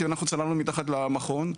כי אנחנו צללנו מתחת למכון.